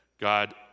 God